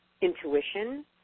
intuition